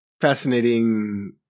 fascinating